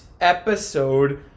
episode